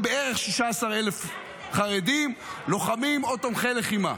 זה בערך 16,000 חרדים לוחמים או תומכי לחימה.